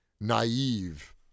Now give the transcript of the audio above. naive